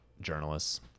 journalists